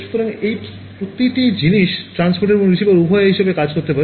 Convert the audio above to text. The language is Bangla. সুতরাং এই প্রতিটি জিনিস ট্রান্সমিটার এবং রিসিভার উভয় হিসাবে কাজ করতে পারে